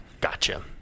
Gotcha